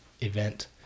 event